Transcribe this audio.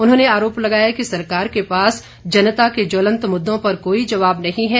उन्होंने आरोप लगाया कि सरकार के पास जनता के ज्वलंत मुद्दों पर कोई जवाब नहीं है